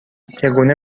چگونه